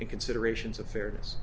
in considerations of fairness